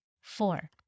Four